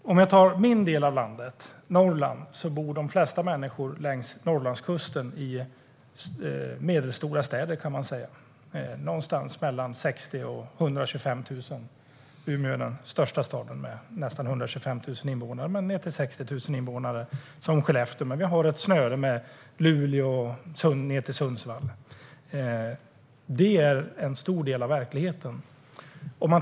Herr talman! I min del av landet, Norrland, bor de flesta människor längs kusten i medelstora städer med någonstans mellan 60 000 och 125 000 invånare. Umeå är den största staden, med nästan 125 000 invånare, medan till exempel Skellefteå har nedåt 60 000. Vi har ett snöre med städer från Luleå i norr ned till Sundsvall. Det är en stor del av verkligheten.